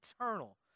eternal